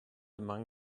among